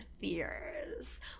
fears